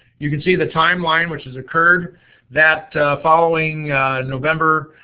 you can see the time line which has occurred that following november,